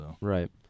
Right